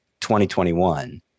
2021